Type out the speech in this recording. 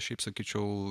šiaip sakyčiau